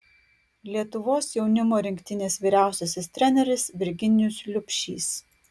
lietuvos jaunimo rinktinės vyriausiasis treneris virginijus liubšys